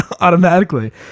automatically